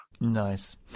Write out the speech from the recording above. Nice